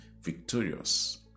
victorious